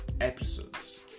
episodes